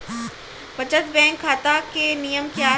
बचत बैंक खाता के नियम क्या हैं?